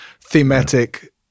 thematic